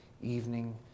evening